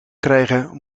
krijgen